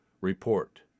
Report